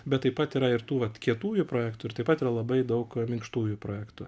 bet taip pat yra ir tų vat kietųjų projektų ir taip pat yra labai daug minkštųjų projektų